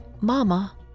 Mama